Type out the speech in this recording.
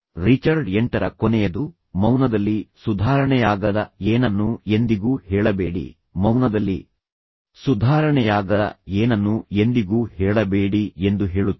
Richard ಎಂಟರ ಕೊನೆಯದು ಮೌನದಲ್ಲಿ ಸುಧಾರಣೆಯಾಗದ ಏನನ್ನೂ ಎಂದಿಗೂ ಹೇಳಬೇಡಿ ಮೌನದಲ್ಲಿ ಸುಧಾರಣೆಯಾಗದ ಏನನ್ನೂ ಎಂದಿಗೂ ಹೇಳಬೇಡಿ ಎಂದು ಹೇಳುತ್ತದೆ